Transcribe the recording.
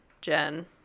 jen